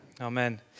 Amen